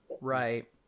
right